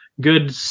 Good